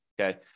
okay